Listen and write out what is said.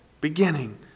Beginning